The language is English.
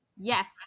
Yes